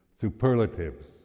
superlatives